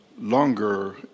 longer